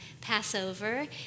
Passover